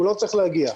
הוא לא צריך להגיע.